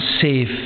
safe